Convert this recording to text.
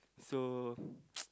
so